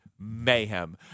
mayhem